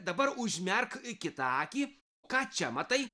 dabar užmerk kitą akį ką čia matai